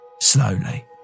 slowly